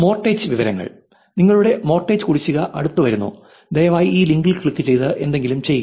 mortgage വിവരങ്ങൾ നിങ്ങളുടെ mortgage കുടിശ്ശിക അടുത്തുവരുന്നു ദയവായി ഈ ലിങ്കിൽ ക്ലിക്ക് ചെയ്ത് എന്തെങ്കിലും ചെയ്യുക